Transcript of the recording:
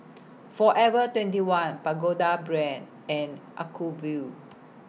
Forever twenty one Pagoda Brand and Acuvue